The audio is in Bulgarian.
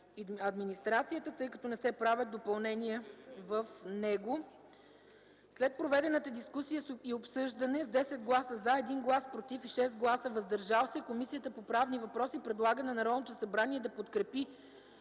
за администрацията”, тъй като не се правят допълнения в него. След проведената дискусия и обсъждане с 10 гласа „за”, 1 глас „против” и 6 гласа „въздържали се”, Комисията по правни въпроси предлага на Народното събрание да подкрепи